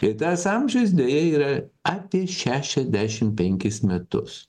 ir tas amžius deja yra apie šešiasdešim penkis metus